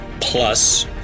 plus